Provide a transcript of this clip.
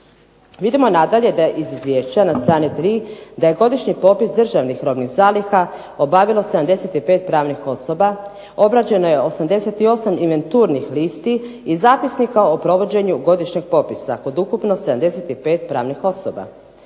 Vidimo nadalje da je iz izvješća na strani 3 da je godišnji popis državnih robnih zaliha obavila 75 pravnih osoba, obrađeno je 88 inventurnih listi i zapisnika o provođenju godišnjeg popisa kod ukupno 75 pravnih osoba.